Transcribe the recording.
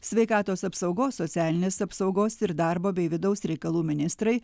sveikatos apsaugos socialinės apsaugos ir darbo bei vidaus reikalų ministrai